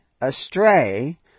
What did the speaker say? astray